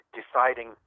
deciding